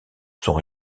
son